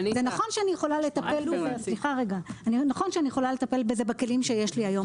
זה נכון שאני יכולה לטפל בזה בכלים שיש לי היום,